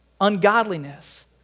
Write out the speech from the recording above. ungodliness